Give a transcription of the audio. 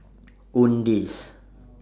Owndays